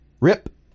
Rip